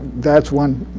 that's one.